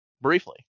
Briefly